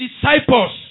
disciples